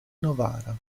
novara